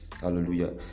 hallelujah